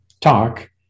talk